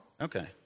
Okay